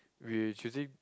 we are choosing